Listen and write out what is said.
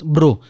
Bro